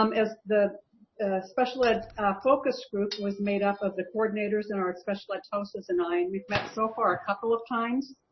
um as the and special ed focus group was made up of the coordinators and our special ed tosas and i, and we've met so far a couple of times.